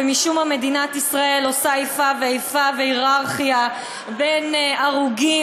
ומשום מה מדינת ישראל עושה איפה ואיפה והייררכיה בין הרוגים,